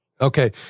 Okay